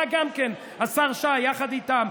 גם אתה, השר שי, יחד איתם.